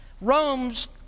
Rome's